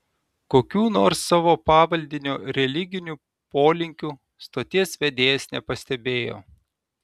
kokių nors savo pavaldinio religinių polinkių stoties vedėjas nepastebėjo